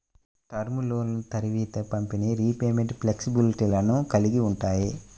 term లోన్లు త్వరిత పంపిణీ, రీపేమెంట్ ఫ్లెక్సిబిలిటీలను కలిగి ఉంటాయి